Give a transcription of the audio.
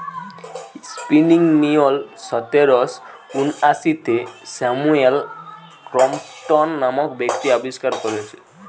spinning mule সতেরশ ঊনআশিতে Samuel Crompton নামক ব্যক্তি আবিষ্কার কোরেছে